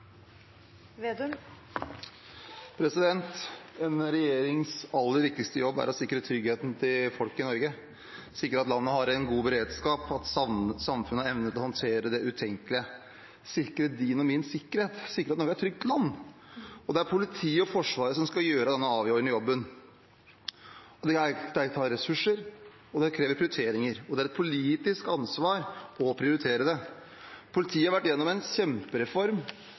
En regjerings aller viktigste jobb er å sikre tryggheten for folk i Norge, sikre at landet har en god beredskap, sikre at samfunnet har evne til å håndtere det utenkelige, sørge for din og min sikkerhet, sikre at Norge er et trygt land. Det er politiet og Forsvaret som skal gjøre denne avgjørende jobben. Det krever ressurser, det krever prioriteringer, og det er et politisk ansvar å prioritere det. Politiet har vært igjennom en kjempereform